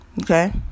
Okay